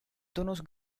tonos